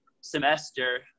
semester